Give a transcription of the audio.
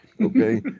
Okay